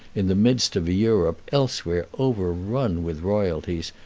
in the midst of a europe elsewhere overrun with royalties,